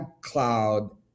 cloud